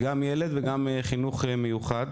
זה גם ילד וגם חינוך מיוחד.